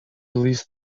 released